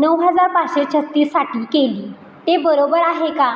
नऊ हजार पाचशे छत्तीससाठी केली ते बरोबर आहे का